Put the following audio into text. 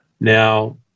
Now